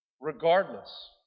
regardless